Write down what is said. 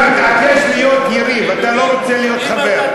אתה מתעקש להיות יריב, אתה לא רוצה להיות חבר.